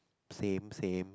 same same